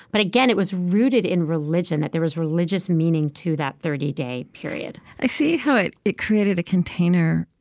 but again, it was rooted in religion, that there was religious meaning to that thirty day period i see how it it created a container,